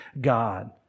God